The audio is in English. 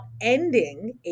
ending